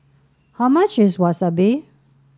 how much is Wasabi